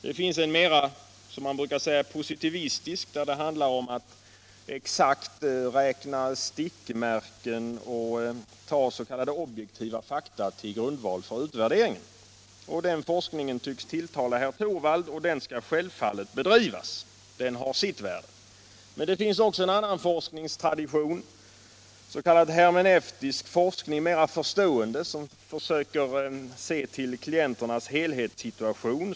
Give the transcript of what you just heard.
Dels är det en mer — som man brukar säga — positivistisk, där det handlar om att exakt räkna stickmärken och ta s.k. objektiva fakta till grundval för utvärderingen. Den forskningen tycks tilltala herr Torwald, och den skall självfallet bedrivas, den har sitt värde. Men det finns dels också en annan forskningstradition, s.k. hermeneutisk forskning, som bygger på förståelse och försöker se till klienternas helhetssituation.